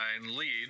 lead